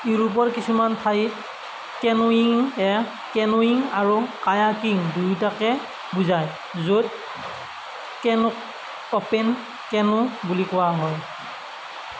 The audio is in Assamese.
ইউৰোপৰ কিছুমান ঠাইত কেন'য়িং এ কেন'য়িং আৰু কায়াকিং দুয়োটাকে বুজায় য'ত কেনোক অ'পেন কেনো বুলি কোৱা হয়